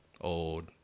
old